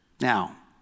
Now